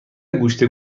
گوشت